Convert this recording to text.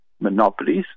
monopolies